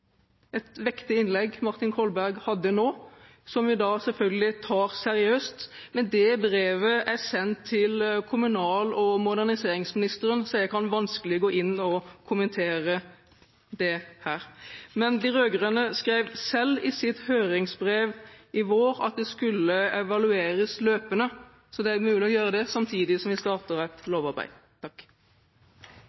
et vektig innlegg Martin Kolberg nå hadde, som vi selvfølgelig tar seriøst, men det brevet er sendt til kommunal- og moderniseringsministeren, så jeg kan vanskelig gå inn og kommentere det her. Men de rød-grønne skrev selv i sitt høringsbrev i vår at det skulle evalueres løpende, så det er jo mulig å gjøre det samtidig som vi starter et